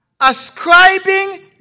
Ascribing